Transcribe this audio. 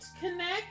connect